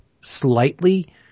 slightly